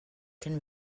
can